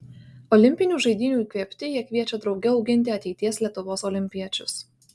olimpinių žaidynių įkvėpti jie kviečia drauge auginti ateities lietuvos olimpiečius